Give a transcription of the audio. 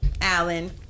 Alan